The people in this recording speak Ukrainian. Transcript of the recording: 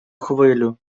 хвилю